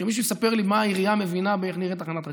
שמישהו יספר לי מה העירייה מבינה באיך נראית תחנת רכבת.